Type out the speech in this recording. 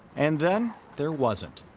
and then, there wasn't.